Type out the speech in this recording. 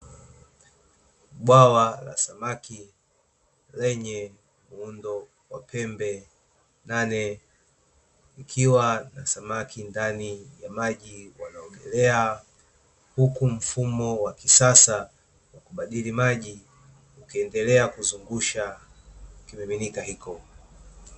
Bwawa la samaki lenye muundo wa pembe nane likiwa na samaki ndani ya maji wanaogelea, huku mfumo wa kisasa wa kubadili maji ukiendelea kuzungusha kimiminika hiko.